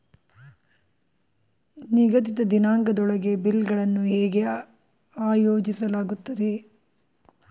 ನಿಗದಿತ ದಿನಾಂಕದೊಳಗೆ ಬಿಲ್ ಗಳನ್ನು ಹೇಗೆ ಆಯೋಜಿಸಲಾಗುತ್ತದೆ?